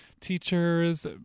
teachers